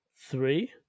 Three